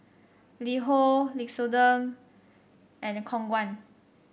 LiHo Nixoderm and Khong Guan